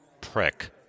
Prick